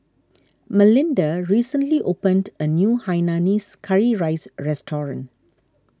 Melinda recently opened a new Hainanese Curry Rice restaurant